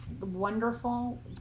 wonderful